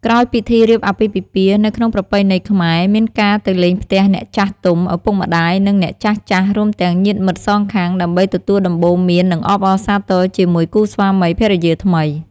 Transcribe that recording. ក្រោយពិធីរៀបអាពាហ៍ពិពាហ៍ នៅក្នុងប្រពៃណីខ្មែរ មានការទៅលេងផ្ទះអ្នកចាស់ទុំ ឪពុកម្តាយ និងអ្នកចាស់ៗ រួមទាំងញាតិមិត្តសងខាង ដើម្បី ទទួលដំបូន្មាន និងអបអរសាទរជាមួយគូស្វាមីភរិយាថ្មី។